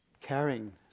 caring